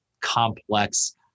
complex